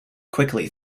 quickly